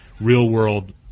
real-world